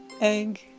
egg